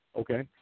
Okay